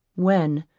when,